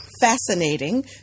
fascinating